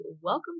welcome